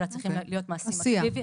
אלא צריכים להיות מעשים אקטיביים,